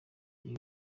iyi